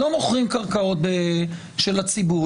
לא מוכרים קרקעות של הציבור,